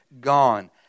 gone